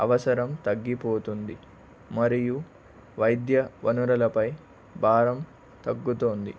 అవసరం తగ్గిపోతుంది మరియు వైద్య వనురులపై భారం తగ్గుతోంది